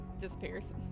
disappears